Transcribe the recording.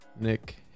Nick